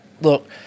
Look